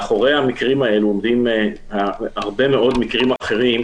מאחורי המקרים האלה עומדים הרבה מאוד מקרים אחרים,